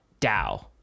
DAO